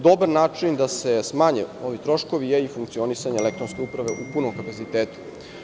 Dobar način da se smanje ovi troškovi je i funkcionisanje elektronske uprave u punom kapacitetu.